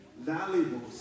valuable